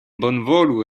bonvolu